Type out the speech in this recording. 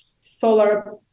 solar